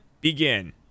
begin